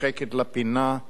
נדחקת לפינה.